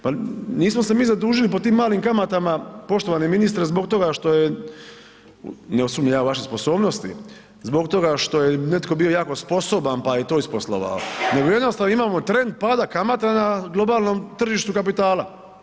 Pa nismo se mi zadužili po tim malim kamatama poštovani ministre zbog toga što je, ne sumnjam ja u vaše sposobnosti, zbog toga što je netko bio jako sposoban pa je to isposlovao nego jednostavno imamo trend pada kamata na globalnom tržištu kapitala.